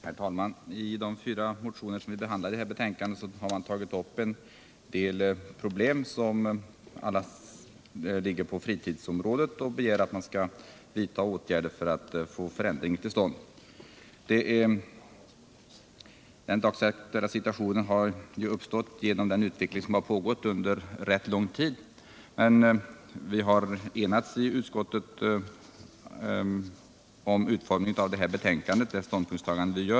Herr talman! I de motioner som behandlats i detta betänkande har en del problem tagits upp, som alla gäller fritiden. Man begär att åtgärder skall vidtas i syfte att få en förändring till stånd. Situationen är en följd av en utveckling som pågått under en ganska lång tid. Men vi har i utskottet enats om utformningen av detta betänkande.